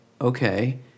okay